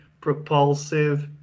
propulsive